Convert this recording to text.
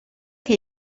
che